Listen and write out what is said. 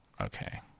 Okay